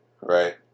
right